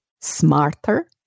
smarter